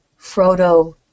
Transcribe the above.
Frodo